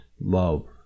love